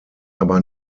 aber